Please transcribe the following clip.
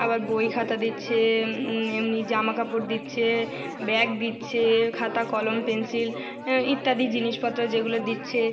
আবার বই খাতা দিচ্ছে এমনি জামা কাপড় দিচ্ছে ব্যাগ দিচ্ছে খাতা কলম পেন্সিল ইত্যাদি জিনিসপত্র যেগুলো দিচ্ছে